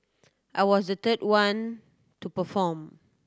I was the third one to perform